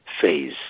phase